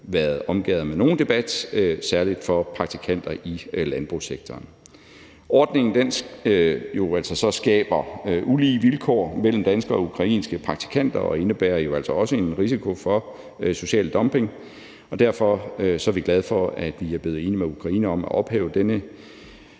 været omgærdet med nogen debat, særlig i forhold til praktikanter i landbrugssektoren, at ordningen altså skaber ulige vilkår mellem danske og ukrainske praktikanter, og at den også indebærer en risiko for social dumping. Derfor er vi glade for, at vi er blevet enige med Ukraine om at ophæve denne